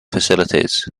facilities